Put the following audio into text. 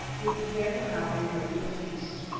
we prepared to have a regular feast.